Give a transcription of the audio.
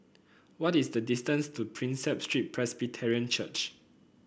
what is the distance to Prinsep Street Presbyterian Church